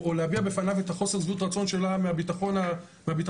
או להביע בפניו את חוסר שביעות רצון שלה מהביטחון האישי,